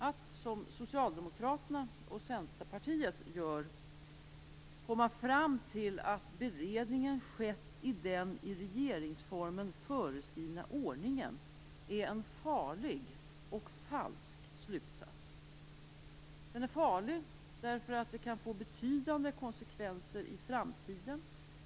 Att, som socialdemokraterna och Centerpartiet gör, komma fram till att beredningen skett i den i regeringsformen föreskrivna ordningen är en farlig och falsk slutsats. Den är farlig därför att det kan få betydande konsekvenser i framtiden.